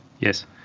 Yes